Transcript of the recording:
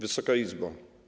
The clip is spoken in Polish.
Wysoka Izbo!